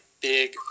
big